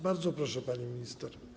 Bardzo proszę, pani minister.